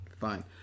Fine